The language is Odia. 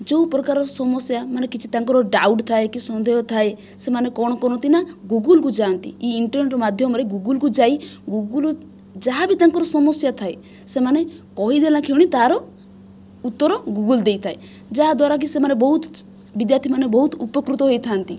ଯେଉଁପ୍ରକାର ସମସ୍ୟା ମାନେ କିଛି ତାଙ୍କର ଡାଉଟ୍ ଥାଏ କି ସନ୍ଦେହ ଥାଏ ସେମାନେ କ'ଣ କରନ୍ତି ନା ଗୁଗଲ୍କୁ ଯାଆନ୍ତି ଇ ଇଣ୍ଟରନେଟ ମାଧ୍ୟମରେ ଗୁଗଲ୍କୁ ଯାଇ ଗୁଗଲ୍ ଯାହାବି ତାଙ୍କର ସମସ୍ୟା ଥାଏ ସେମାନେ କହିଦେଲା କ୍ଷଣି ତା'ର ଉତ୍ତର ଗୁଗଲ୍ ଦେଇଥାଏ ଯାହାଦ୍ୱାରାକି ସେମାନେ ବହୁତ ବିଦ୍ୟାର୍ଥୀମାନେ ବହୁତ ଉପକୃତ ହୋଇଥାନ୍ତି